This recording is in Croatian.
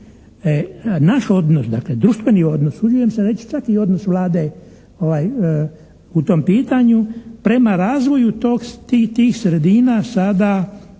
Naš odnos, dakle društveni odnos, usuđujem se reći čak i odnos Vlade u tom pitanju, prema razvoju tih sredina sada